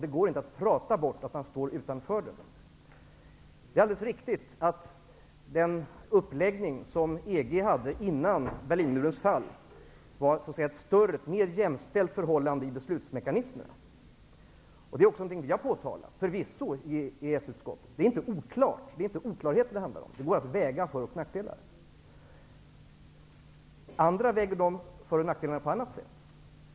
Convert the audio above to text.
Det går inte att prata bort att man står utanför den. Det är alldeles riktigt att den uppläggning som EG hade innan Berlinmuren föll var ett mer jämställt förhållande i beslutsmekanismerna. Det är förvisso också någonting som EES-utskottet har påtalat. Det är inte oklarheter det handlar om. Det går att väga för och nackdelar. Andra väger de för och nackdelarna på annat sätt.